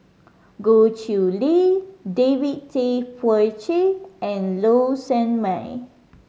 Goh Chiew Lye David Tay Poey Cher and Low Sanmay